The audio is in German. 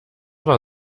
war